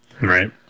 Right